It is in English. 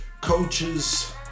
coaches